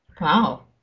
Wow